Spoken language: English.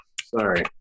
sorry